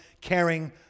caring